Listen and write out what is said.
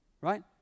Right